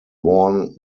warn